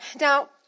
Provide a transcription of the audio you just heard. Now